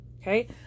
Okay